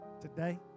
today